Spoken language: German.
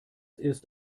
ist